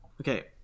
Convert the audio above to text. Okay